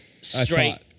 straight